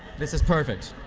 this is perfect.